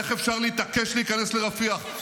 איך אפשר להתעקש להיכנס לרפיח -- איך אפשר לצאת נגד הרמטכ"ל?